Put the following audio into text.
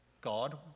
God